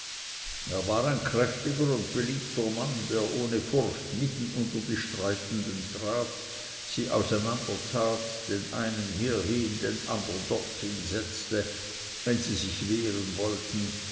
er war ein kräftiger und beliebter mann der ohne furcht mitten unter die streitenden trat sie auseinandertat den einen hiehin den andern dorthin setzte wenn sie sich wehren wollten